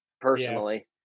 personally